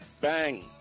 Bang